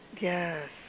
Yes